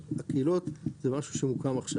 הקהילות זה משהו שמוקם עכשיו.